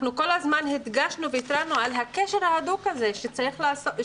אנחנו כל הזמן הדגשנו והתרענו על הקשר ההדוק הזה שקיים